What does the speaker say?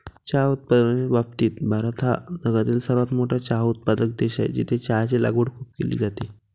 चहा उत्पादनाच्या बाबतीत भारत हा जगातील सर्वात मोठा चहा उत्पादक देश आहे, जिथे चहाची लागवड खूप केली जाते